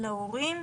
ניתן להורים,